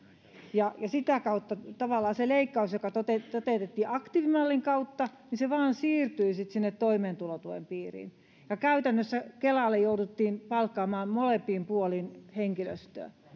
ja sitä kautta se leikkaus joka toteutettiin aktiivimallin kautta vain siirtyi sitten sinne toimeentulotuen piiriin ja käytännössä kelalle jouduttiin palkkaamaan molemmille puolille henkilöstöä